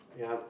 ya